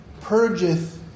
purgeth